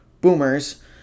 boomers